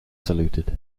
saluted